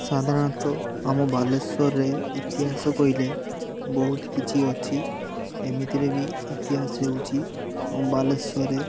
ସାଧାରଣତଃ ଆମ ବାଲେଶ୍ୱରରେ ଇତିହାସ କହିଲେ ବହୁତ କିଛି ଅଛି ଏମିତିରେ ବି ଇତିହାସ ହେଉଛି ଆମ ବାଲେଶ୍ୱରରେ